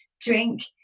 drink